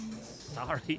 Sorry